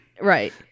Right